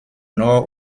nord